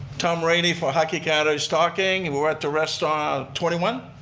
tom randy from hockey canada is talking and we're at the restaurant twenty one.